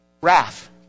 wrath